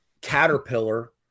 Caterpillar